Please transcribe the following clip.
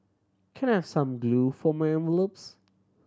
can I have some glue for my envelopes